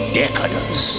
decadence